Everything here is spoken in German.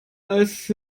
als